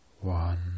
one